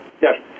yes